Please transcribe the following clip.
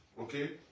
Okay